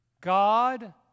God